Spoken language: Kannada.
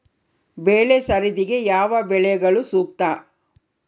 ಬೆಳೆ ಸರದಿಗೆ ಯಾವ ಬೆಳೆಗಳು ಸೂಕ್ತ?